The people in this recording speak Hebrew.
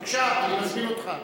בבקשה, אני מזמין אותך.